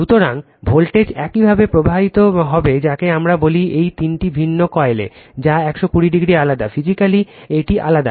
সুতরাং ভোল্টেজ একইভাবে প্রবর্তিত হবে যাকে আমরা বলি এই তিনটি ভিন্ন কয়েলে যা 120 o আলাদা ফিজিক্যালি এটি আলাদা